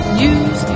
news